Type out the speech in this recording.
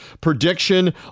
prediction